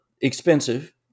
expensive